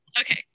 Okay